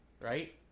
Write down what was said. right